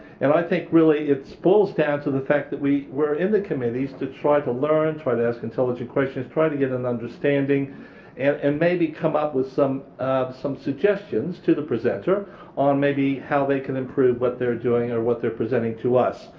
and i think really it falls down to the fact that we're in the committees to try to learn, try to ask intelligent questions, try to get an understanding and and maybe come up with some some suggestions to the presenter on maybe how they can improve what they're doing and what they're presenting to us.